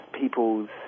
people's